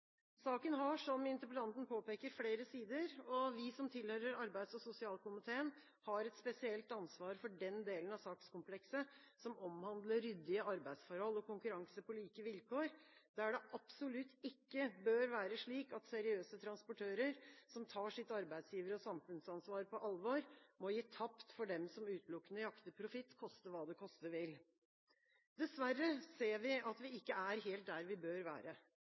Saken har, som interpellanten påpeker, flere sider. Vi som tilhører arbeids- og sosialkomiteen, har et spesielt ansvar for den delen av sakskomplekset som omhandler ryddige arbeidsforhold og konkurranse på like vilkår, der det absolutt ikke bør være slik at seriøse transportører, som tar sitt arbeidsgiver- og samfunnsansvar på alvor, må gi tapt for dem som utelukkende jakter profitt, koste hva det koste vil. Dessverre ser vi at vi ikke er helt der vi bør være.